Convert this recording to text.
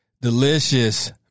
delicious